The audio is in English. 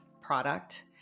product